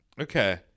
Okay